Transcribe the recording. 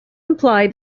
imply